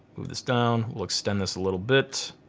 move this down, we'll extend this a little bit.